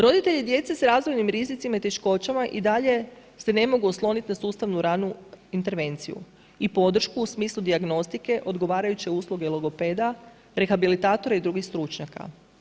Roditelji djece s razvojnim rizicima i teškoćama i dalje se ne mogu oslonit na sustavnu ranu intervenciju i podršku u smislu dijagnostike, odgovarajuće usluge i logopeda, rehabilitatore i drugih stručnjaka.